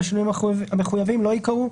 בשינויים המחויבים" לא ייקראו.